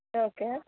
okay